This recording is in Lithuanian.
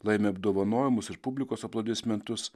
laimi apdovanojimus ir publikos aplodismentus